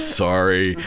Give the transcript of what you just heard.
sorry